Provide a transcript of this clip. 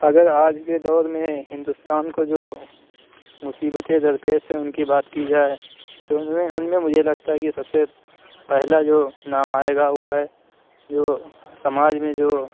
اگر آج کے دور میں ہندوستان کو جو مصیبتیں درپیش ہیں اُن کی بات کی جائے تو اُن میں مجھے لگتا ہے کہ سب سے پہلا جو نام آئے گا وہ ہے جو سماج میں جو